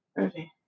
Okay